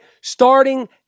Starting